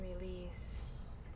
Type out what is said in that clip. release